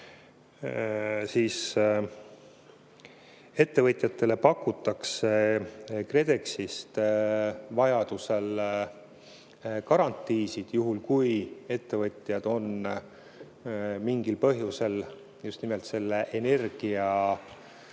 ka ettevõtjatele pakutakse KredExist vajadusel garantiisid, juhul kui ettevõtjad on mingil põhjusel just nimelt energiahinna